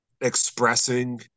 expressing